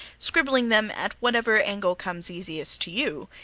scribbling them at whatever angle comes easiest to you,